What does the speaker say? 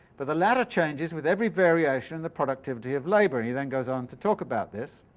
but the latter changes with every variation in the productivity of labour. he then goes on to talk about this.